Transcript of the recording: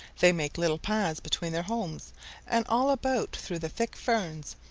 they make little paths between their homes and all about through the thick ferns,